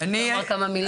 את רוצה לומר כמה מילים?